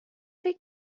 فکر